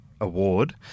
award